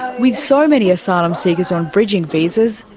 with so many asylum seekers on bridging visas,